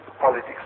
politics